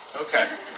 Okay